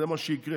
זה מה שיקרה,